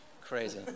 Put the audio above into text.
Crazy